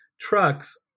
trucks